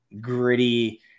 gritty